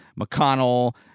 McConnell